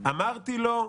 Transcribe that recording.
אמרתי לו: